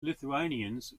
lithuanians